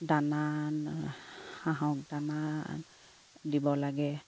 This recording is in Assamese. দানা হাঁহক দানা দিব লাগে